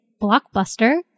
Blockbuster